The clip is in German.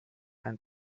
ein